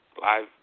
Live